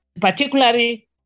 particularly